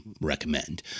recommend